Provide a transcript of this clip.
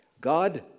God